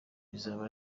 bizaba